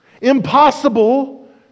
Impossible